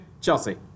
Chelsea